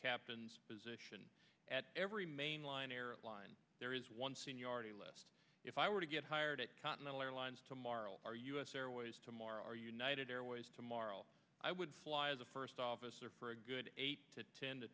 captain's position at every mainline airline there is one seniority list if i were to get hired at continental airlines tomorrow are u s airways tomorrow united airways tomorrow i would fly as a first officer for a good ten to t